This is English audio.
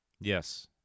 Yes